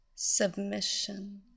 Submission